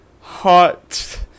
hot